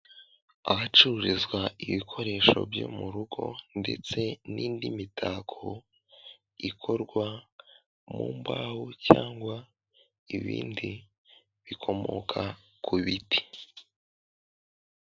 Ahacururizwa ibikoresho byo mu rugo ndetse n'indi mitako ikorwa mu mbaho cyangwa ibindi bikomoka ku biti.